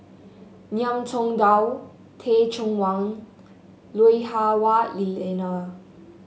Ngiam Tong Dow Teh Cheang Wan Lui Hah Wah Elena